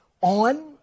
on